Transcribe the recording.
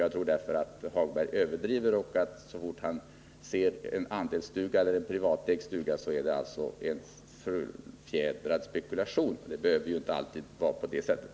Jag tror därför att Lars-Ove Hagberg överdriver och att han, så fort han ser en andelsstuga eller en privatägd stuga, anser att det är fråga om spekulation. Det behöver ju inte alltid vara på det sättet.